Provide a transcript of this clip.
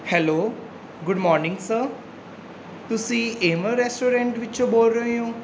hello good morning sir ਤੁਸੀਂ ਏਮਰ restaurant ਵਿੱਚੋਂ ਬੋਲ ਰਹੇ ਹੋ